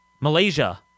Malaysia